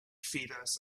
feeders